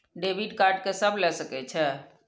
Debit card के सब ले सके छै?